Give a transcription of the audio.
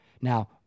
Now